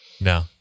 no